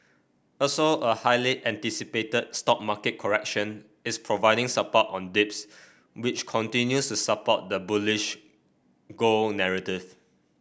also a highly anticipated stock market correction is providing support on dips which continues to support the bullish gold narrative